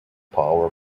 power